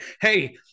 hey